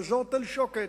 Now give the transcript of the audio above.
באזור תל-שוקת,